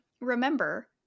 remember